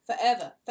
Forever